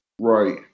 right